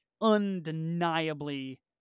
undeniably